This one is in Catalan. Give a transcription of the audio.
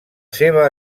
seva